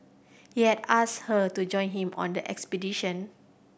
he had asked her to join him on the expedition